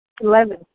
Eleven